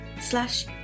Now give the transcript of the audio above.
slash